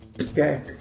Okay